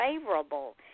favorable